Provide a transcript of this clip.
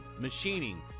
machining